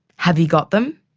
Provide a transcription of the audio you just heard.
have you got them?